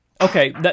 Okay